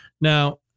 Now